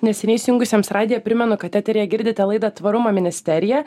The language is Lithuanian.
neseniai įsijungusiems radiją primenu kad eteryje girdite laidą tvarumo ministerija